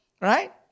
right